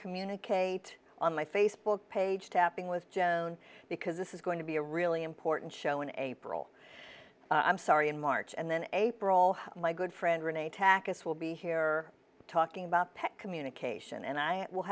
communicate on my facebook page tapping with jim and because this is going to be a really important show in april i'm sorry in march and then april my good friend rene takacs will be here talking about pet communication and i will